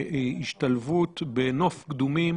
השתלבות בנוף קדומים